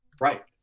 Right